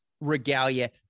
regalia